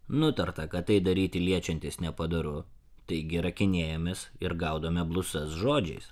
nutarta kad tai daryti liečiantis nepadoru taigi rakinėjamės ir gaudome blusas žodžiais